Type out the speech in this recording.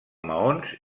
maons